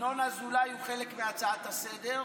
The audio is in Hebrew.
ינון אזולאי הוא חלק מההצעה לסדר-היום,